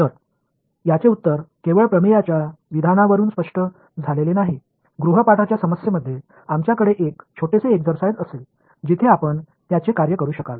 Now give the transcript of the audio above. तर याचे उत्तर केवळ प्रमेयच्या विधानावरून स्पष्ट झालेले नाही गृहपाठाच्या समस्येमध्ये आमच्याकडे एक छोटेसे एक्सरसाइज असेल जिथे आपण त्याचे कार्य करू शकाल